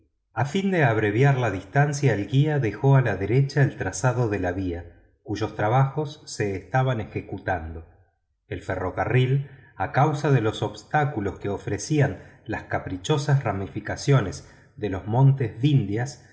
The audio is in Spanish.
de abreviar la distancia el guía dejó a la derecha el trazado de la vía cuyos trabajos se estaban ejecutando el ferrocarril a causa de los obstáculos que ofrecían las caprichosas ramificaciones de los montes vindhias